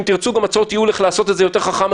ואם תרצו הצעות ייעול איך לעשות את זה יותר בחוכמה,